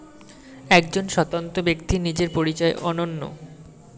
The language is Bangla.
একজন স্বতন্ত্র ব্যক্তির নিজের পরিচয় অনন্য